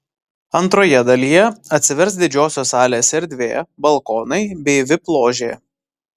antroje dalyje atsivers didžiosios salės erdvė balkonai bei vip ložė